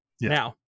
now